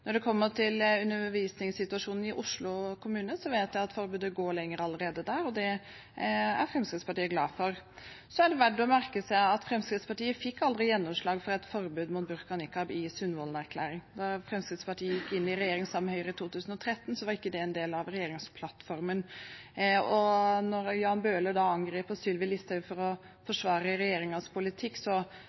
Når det gjelder undervisningssituasjonen i Oslo kommune, vet jeg at forbudet går lenger der allerede, og det er Fremskrittspartiet glad for. Det er verdt å merke seg at Fremskrittspartiet aldri fikk gjennomslag for et forbud mot burka og nikab i Sundvolden-erklæringen. Da Fremskrittspartiet gikk inn i regjering sammen med Høyre i 2013, var ikke det en del av regjeringsplattformen. Når Jan Bøhler angriper Sylvi Listhaug for å forsvare regjeringens politikk,